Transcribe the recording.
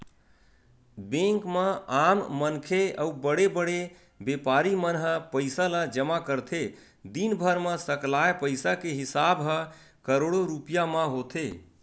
bank म आम मनखे अउ बड़े बड़े बेपारी मन ह पइसा ल जमा करथे, दिनभर म सकलाय पइसा के हिसाब ह करोड़ो रूपिया म होथे